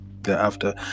thereafter